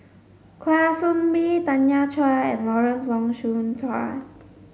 Kwa Soon Bee Tanya Chua and Lawrence Wong Shyun Tsai